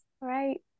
Right